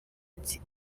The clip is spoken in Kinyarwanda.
ati